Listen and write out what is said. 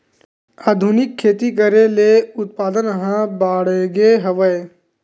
आधुनिक खेती करे ले उत्पादन ह बाड़गे हवय